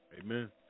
Amen